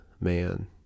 man